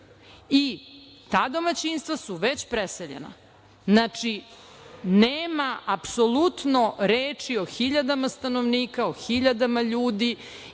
domaćinstva su već preseljena. Znači, nema apsolutno reči o hiljadama stanovnika, o hiljadama ljudi